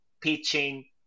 pitching